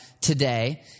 today